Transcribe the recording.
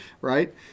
right